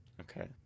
okay